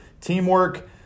teamwork